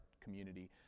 community